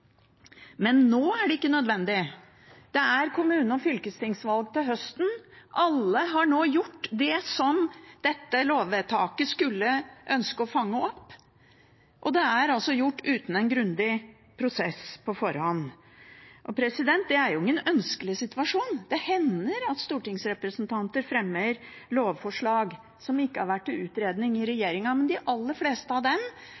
Men nå er det ikke nødvendig. Det er kommune- og fylkestingsvalg til høsten. Alle har nå gjort det man ved dette lovvedtaket skulle ønske å fange opp. Og det er altså gjort uten en grundig prosess på forhånd. Det er jo ingen ønskelig situasjon. Det hender at stortingsrepresentanter fremmer lovforslag som ikke har vært til utredning i regjeringen, men de aller fleste av dem